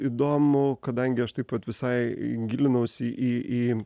įdomu kadangi aš taip pat visai gilinausi į į